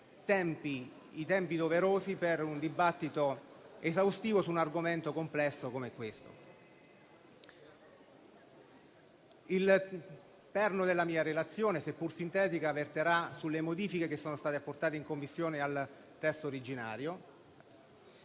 i tempi doverosi per un dibattito esaustivo su un argomento complesso come questo. Il perno della mia relazione, seppur sintetica, verterà sulle modifiche apportate al testo originario,